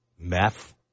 meth